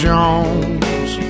Jones